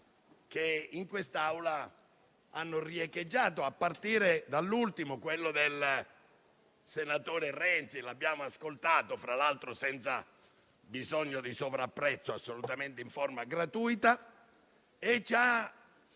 che in quest'Aula hanno riecheggiato, a partire dall'ultimo, quello del senatore Renzi. Fra l'altro, l'abbiamo ascoltato senza bisogno di sovrapprezzo, assolutamente in forma gratuita. Ci ha